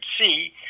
see